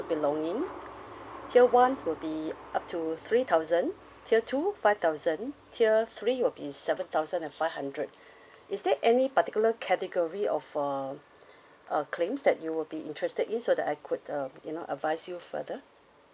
belonging tier one will be up to three thousand tier two five thousand tier three will be seven thousand and five hundred is there any particular category of a uh claims that you would be interested in so that I could uh you know advise you further